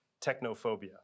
technophobia